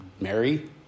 Mary